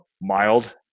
mild